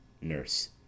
Nurse